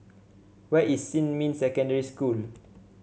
where is Xinmin Secondary School